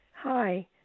Hi